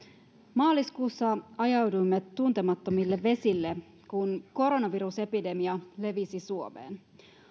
maaliskuussa ajauduimme tuntemattomille vesille kun koronavirusepidemia levisi suomeen